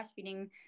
breastfeeding